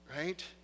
Right